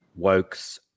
Wokes